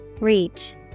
Reach